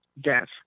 death